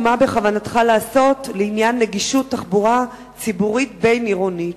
ומה בכוונתך לעשות לעניין נגישות תחבורה ציבורית בין-עירונית?